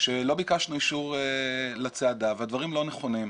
שלא ביקשנו אישור לצעדה והדברים לא נכונים.